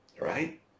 right